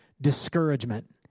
discouragement